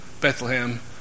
Bethlehem